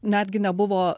netgi nebuvo